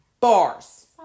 bars